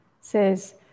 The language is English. says